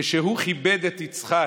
כאשר הוא כיבד את יצחק,